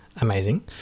amazing